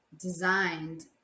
designed